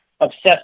obsessed